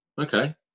Okay